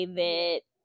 that-